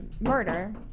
murder